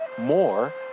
more